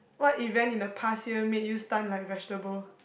what event in the past year made you stun like vegetable